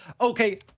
Okay